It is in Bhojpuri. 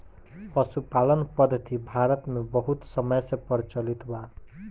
पशुपालन पद्धति भारत मे बहुत समय से प्रचलित बा